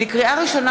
לקריאה ראשונה,